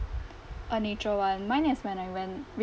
a nature [one] mine is when I went with